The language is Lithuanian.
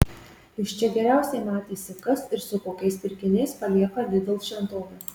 iš čia geriausiai matėsi kas ir su kokiais pirkiniais palieka lidl šventovę